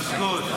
תזמון.